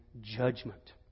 judgment